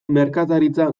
merkataritza